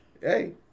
hey